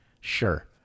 sure